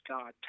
God